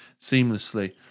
seamlessly